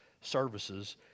services